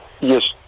yes